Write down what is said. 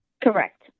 correct